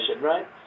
right